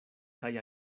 kaj